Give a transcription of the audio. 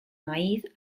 maíz